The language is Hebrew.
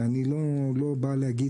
ואני לא בא להגיד מעבר לזה.